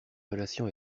relation